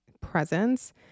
presence